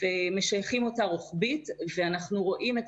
ומשייכים אותה רוחבית ואנחנו רואים את